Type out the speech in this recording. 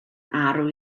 arw